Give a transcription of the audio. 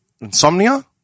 Insomnia